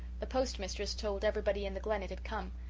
the post-mistress told everybody in the glen it had come,